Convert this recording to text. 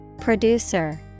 Producer